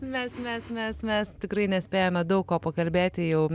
mes mes mes mes tikrai nespėjome daug ko pakalbėti jau